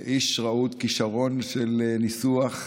איש רהוט, כישרון של ניסוח,